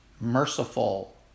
merciful